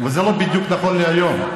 וזה לא בדיוק נכון להיום.